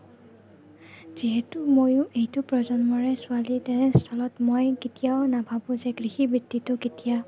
যিহেতু মইও এইটো প্ৰজন্মৰে ছোৱালী তেনেস্থলত মই কেতিয়াও নাভাবোঁ যে কৃষি বৃত্তিটো কেতিয়া